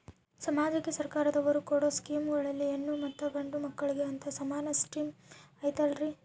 ಸಮಾಜಕ್ಕೆ ಸರ್ಕಾರದವರು ಕೊಡೊ ಸ್ಕೇಮುಗಳಲ್ಲಿ ಹೆಣ್ಣು ಮತ್ತಾ ಗಂಡು ಮಕ್ಕಳಿಗೆ ಅಂತಾ ಸಮಾನ ಸಿಸ್ಟಮ್ ಐತಲ್ರಿ?